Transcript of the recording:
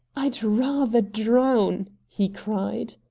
i'd rather drown! he cried.